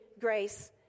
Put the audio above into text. grace